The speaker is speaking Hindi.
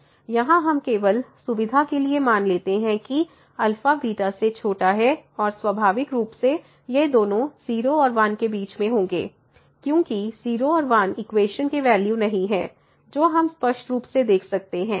यहां हम केवल सुविधा के लिए मान लेते हैं कि α β से छोटा है और स्वाभाविक रूप से ये दोनों 0 और 1 के बीच में होंगे क्योंकि 0 और 1 इक्वेशन के वैल्यू नहीं है जो हम स्पष्ट रूप से देख सकते हैं